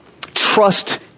trust